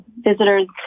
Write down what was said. visitors